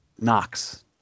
Knox